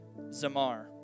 zamar